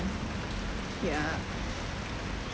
ya